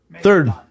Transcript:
Third